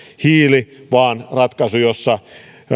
hiili vaan ratkaisu jossa